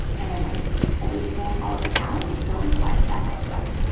and then ah everything all of the tags go inside of that nice bucket.